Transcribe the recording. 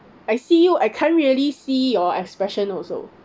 I see you I can't really see your expression also